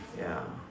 ya